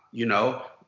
you know.